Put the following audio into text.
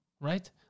Right